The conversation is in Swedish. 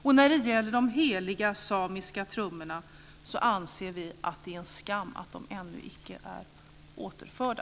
Och när det gäller de heliga samiska trummorna anser vi att det är en skam att de ännu icke är återförda.